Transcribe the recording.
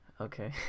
Okay